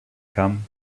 come